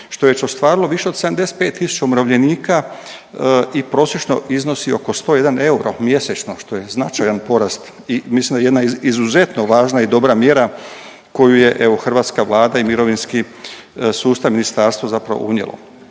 što je već ostvarilo više od 75000 umirovljenika i prosječno iznosi oko 101 euro mjesečno što je značajan porast i mislim da je jedna izuzetno važna i dobra mjera koju je evo hrvatska Vlada i mirovinski sustav, ministarstvo zapravo unijelo.